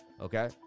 okay